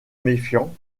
méfiant